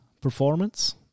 performance